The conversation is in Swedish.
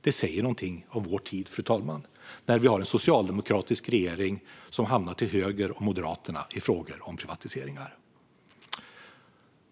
Det säger något om vår tid, fru talman, när vi har en socialdemokratisk regering som hamnar till höger om Moderaterna i frågor om privatisering.